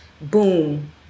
boom